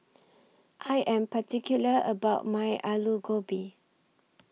I Am particular about My Alu Gobi